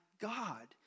God